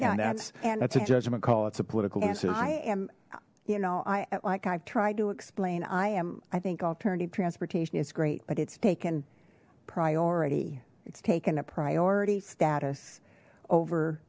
and that's that's a judgement call it's a political decision and you know i like i've tried to explain i am i think alternative transportation is great but it's taken priority it's taken a priority status over